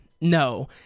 No